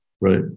right